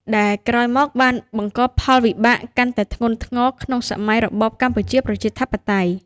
ដែលក្រោយមកបានបង្កផលវិបាកកាន់តែធ្ងន់ធ្ងរក្នុងសម័យរបបកម្ពុជាប្រជាធិបតេយ្យ។